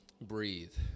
breathe